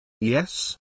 Yes